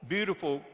beautiful